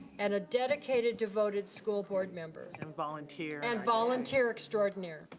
and a dedicated, devoted school board member. and volunteer. and volunteer extraordinaire.